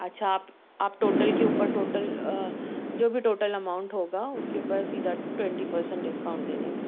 اچھا آپ آپ ٹوٹل کے اوپر ٹوٹل جو بھی ٹوٹل اماؤنٹ ہوگا اس کے اوپر سیدھا ٹوینٹی پرسینٹ ڈسکاؤنٹ دے دیں گے